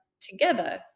together